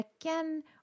again